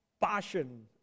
passion